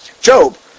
Job